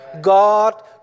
God